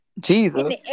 Jesus